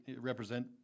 represent